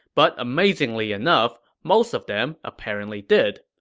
but amazingly enough, most of them apparently did.